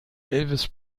elvis